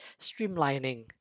streamlining